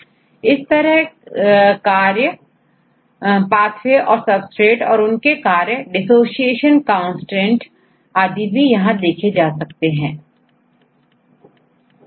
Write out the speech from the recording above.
तो मैं यहां पाथवे सबस्ट्रेट और कई सारी information functional parameter dissociation constant KdIC50 value और पीएच आदि देख सकता हूं